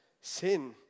sin